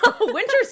Winter's